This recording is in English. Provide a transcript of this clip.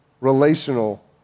relational